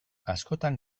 askotan